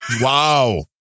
Wow